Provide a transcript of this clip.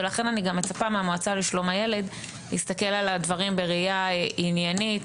ולכן אני גם מצפה מהמועצה לשלום הילד להסתכל על הדברים בראייה עניינית,